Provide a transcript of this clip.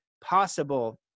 possible